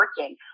working